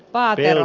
paatelo